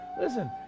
listen